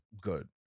good